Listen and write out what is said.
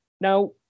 now